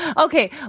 Okay